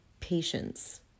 Patience